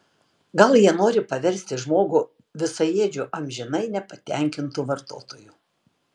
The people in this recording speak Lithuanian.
gal jie nori paversti žmogų visaėdžiu amžinai nepatenkintu vartotoju